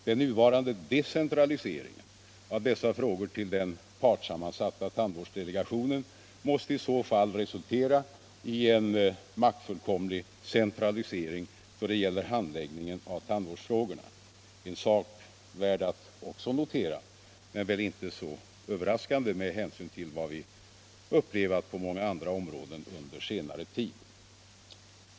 Den nuvarande decentratiseringen av dessa frågor till den partssammansatta tandvårdsdelegationen måste i så fall resultera i en maktfullkomlig centralisering då det gäller handläggningen av tandvårdsfrågorna — en sak värd att också notera men väl inte så överraskande med hänsyn till vad vi upplevat på många andra områden under senare tid.